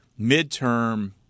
midterm